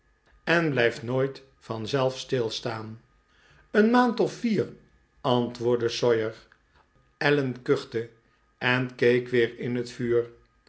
juist blijft nooit vanzelf stilstaan een maand of vier antwoordde sawyer allen kuchte en keek weer in het vuur